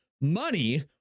money